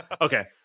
okay